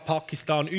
Pakistan